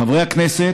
חברי הכנסת,